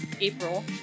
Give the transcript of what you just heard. April